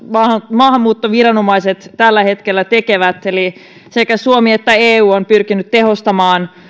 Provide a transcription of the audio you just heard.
maahanmuuttoviranomaiset tällä hetkellä tekevät eli sekä suomi että eu on pyrkinyt tehostamaan